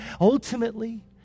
Ultimately